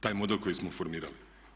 Taj model koji smo formirali.